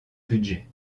budget